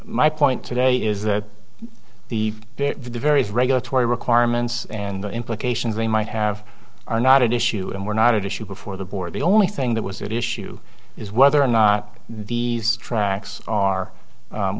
my point today is that the various regulatory requirements and the implications they might have are not at issue and were not at issue before the board the only thing that was at issue is whether or not these tracks are